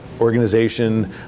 organization